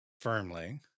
firmly